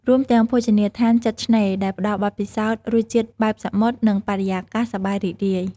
រួមទាំងភោជនីយដ្ឋានជិតឆ្នេរ ដែលផ្តល់បទពិសោធន៍រសជាតិបែបសមុទ្រ និងបរិយាកាសសប្បាយរីករាយ។